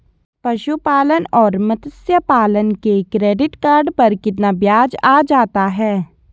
पशुपालन और मत्स्य पालन के क्रेडिट कार्ड पर कितना ब्याज आ जाता है?